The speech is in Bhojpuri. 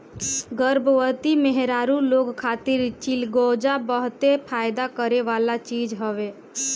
गर्भवती मेहरारू लोग खातिर चिलगोजा बहते फायदा करेवाला चीज हवे